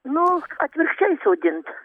nu atvirkščiai sodint